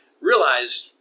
realized